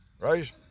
right